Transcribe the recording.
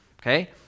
okay